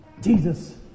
Jesus